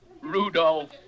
Rudolph